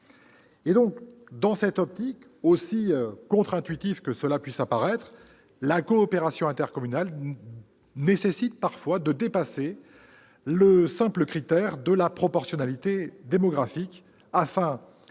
Dans cette optique, aussi contre-intuitif que cela puisse paraître, l'esprit de la coopération intercommunale nécessite parfois que l'on dépasse le simple critère de la proportionnalité démographique